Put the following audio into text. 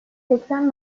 seksen